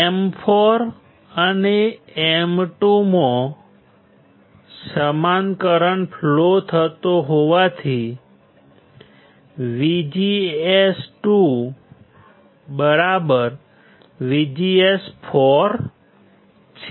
M4 અને M2 માં સમાન કરંટ ફ્લો થતો હોવાથી VGS2 VGS4 છે